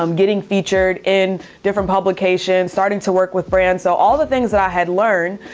um getting featured in different publications, starting to work with brands. so all the things that i had learned,